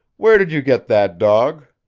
where did you get that dog?